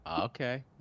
Okay